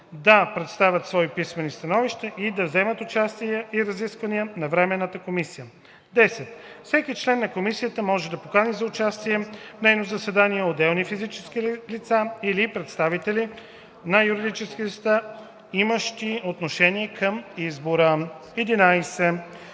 да представят свои писмени становища и да вземат участие в разисквания на временната комисия. 10. Всеки член на комисията може да покани за участие в нейно заседание отделни физически лица или представители на юридически лица, имащи отношение към избора. 11.